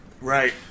Right